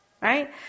Right